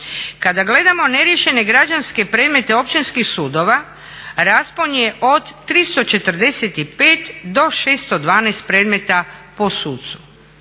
Kada gledamo neriješene građanske predmete općinskih sudova raspon je od 345 do 612 predmeta po sucu.